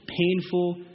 painful